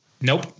Nope